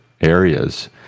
areas